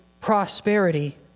prosperity